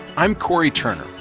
i'm cory turner,